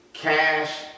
Cash